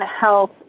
health